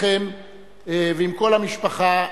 אתכם ועם כל המשפחה,